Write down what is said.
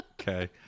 Okay